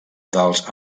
dels